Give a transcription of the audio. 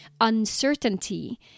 uncertainty